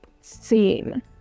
scene